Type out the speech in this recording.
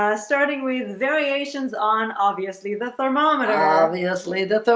ah starting with variations on obviously the thermometer obviously the